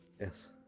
Yes